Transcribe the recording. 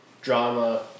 drama